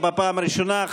אתה מבסוט, החמאס, מה קרה?